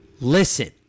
Listen